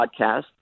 podcast